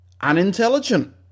unintelligent